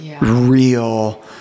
real